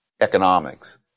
economics